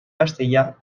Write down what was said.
castellà